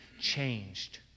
changed